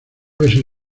besé